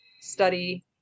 study